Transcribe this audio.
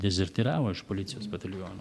dezertyravo iš policijos batalionų